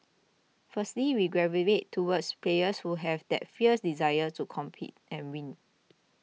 firstly we gravitate towards players who have that fierce desire to compete and win